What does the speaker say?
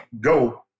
go